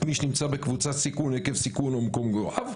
מי שנמצא בקבוצת סיכון עקב סיכון במקום מגוריו,